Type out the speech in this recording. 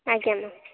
ଆଜ୍ଞା ମ୍ୟାମ୍